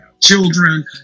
children